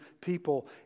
people